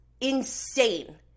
insane